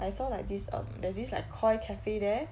I saw like this um there's this like Koi cafe there